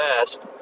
best